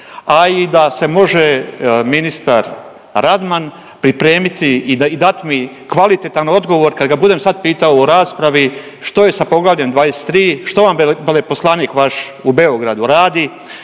a i da se može ministar Radman pripremiti i dat mi kvalitetan odgovor kad ga budem sad pitao u raspravi što je sa Poglavljem 23, što vam veleposlanik vaš u Beogradu radi,